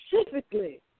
specifically